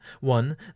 One